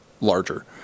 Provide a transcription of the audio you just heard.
larger